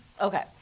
okay